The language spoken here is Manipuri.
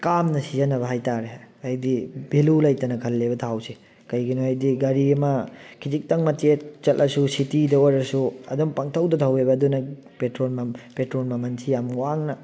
ꯀꯥꯝꯅ ꯁꯤꯖꯟꯅꯕ ꯍꯥꯏ ꯇꯥꯔꯦ ꯍꯥꯏꯗꯤ ꯚꯦꯂꯨ ꯂꯩꯇꯅ ꯈꯜꯂꯦꯕ ꯊꯥꯎꯁꯦ ꯀꯩꯒꯤꯅꯣ ꯍꯥꯏꯗꯤ ꯒꯥꯔꯤ ꯑꯃ ꯈꯖꯤꯛꯇꯪ ꯃꯆꯦꯠ ꯆꯠꯂꯁꯨ ꯁꯤꯇꯤꯗ ꯑꯣꯏꯔꯁꯨ ꯑꯗꯨꯝ ꯄꯪꯊꯧꯗ ꯊꯧꯋꯦꯕ ꯑꯗꯨꯅ ꯄꯦꯇ꯭ꯔꯣꯜ ꯄꯦꯇ꯭ꯔꯣꯜ ꯃꯃꯜꯁꯤ ꯌꯥꯝ ꯋꯥꯡꯅ